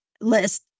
list